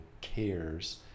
Cares